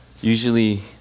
Usually